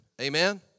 Amen